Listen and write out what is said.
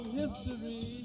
history